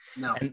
No